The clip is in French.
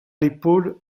l’épaule